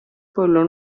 pueblo